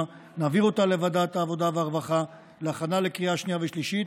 ונעביר אותה לוועדת העבודה והרווחה להכנה לקריאה שנייה ושלישית,